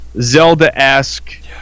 Zelda-esque